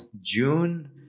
June